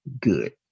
good